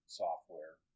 software